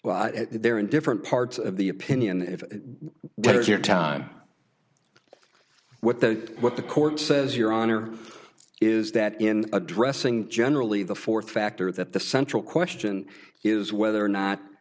sit there in different parts of the opinion if that is your time what the what the court says your honor is that in addressing generally the fourth factor that the central question is whether or not